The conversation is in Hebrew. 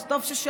אז טוב ששאלתם.